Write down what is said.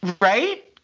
Right